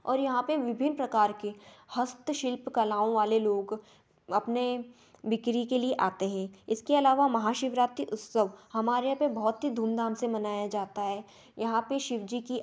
और यहाँ पर विभिन्न प्रकार के हस्तशिल्प कलाओं वाले लोग अपने बिक्री के लिए आते हैं इसके अलावा महाशिवरात्रि उत्सव हमारे यहाँ पर बहुत ही धूमधाम से मनाया जाता है यहाँ पर शिवजी कि